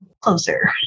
closer